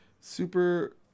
super